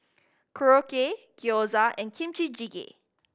Korokke Gyoza and Kimchi Jjigae